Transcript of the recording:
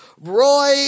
Roy